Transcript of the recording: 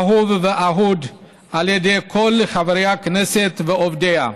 אהוב ואהוד על ידי כל חברי הכנסת ועובדיה.